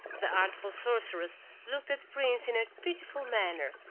the artful sorceress looked at the prince in a pitiful manner,